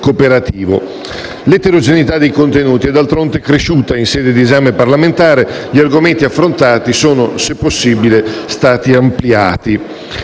cooperativo. L'eterogeneità dei contenuti è d'altronde cresciuta in sede di esame parlamentare; gli argomenti affrontati sono, se possibile, stati ampliati.